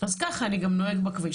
אז ככה אני נוהג בכביש.